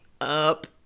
up